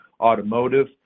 automotive